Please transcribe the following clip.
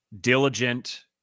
diligent